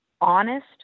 honest